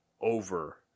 over